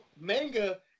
manga